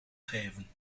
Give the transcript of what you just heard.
geven